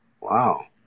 Wow